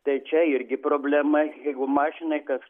tai čia irgi problema jeigu mašinai kas